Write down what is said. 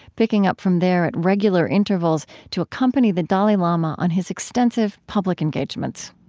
picking up from there at regular intervals to accompany the dalai lama on his extensive public engagements